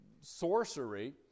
sorcery